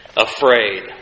afraid